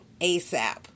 ASAP